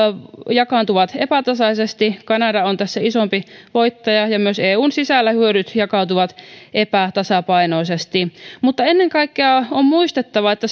jakaantuvat epätasaisesti kanada on tässä isompi voittaja ja ja myös eun sisällä hyödyt jakautuvat epätasapainoisesti mutta ennen kaikkea on muistettava että